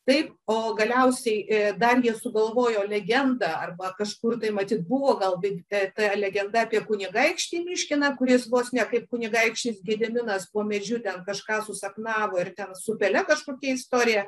taip o galiausiai ė dar jie sugalvojo legendą arba kažkur tai matyt buvo gal e ta legenda apie kunigaikštį miškiną kuris vos ne kaip kunigaikštis gediminas po medžiu ten kažką susapnavo ir ten su pele kažkokia istorija